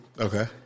Okay